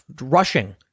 rushing